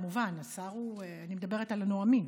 השר, כמובן, השר הוא, אני מדברת על הנואמים.